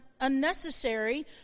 unnecessary